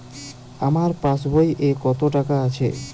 আমার পাসবই এ কত টাকা আছে?